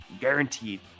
guaranteed